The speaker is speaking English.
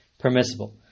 permissible